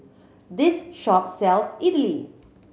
this shop sells Idili